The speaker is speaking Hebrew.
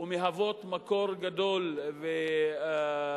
ומהווים מקור גדול ועשיר